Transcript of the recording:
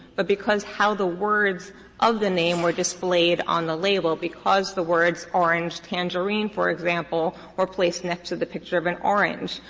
but because how the words of the name were displayed on the label, because the words orange tangerine, for example, were placed next to the picture of an orange,